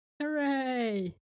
Hooray